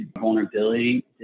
vulnerability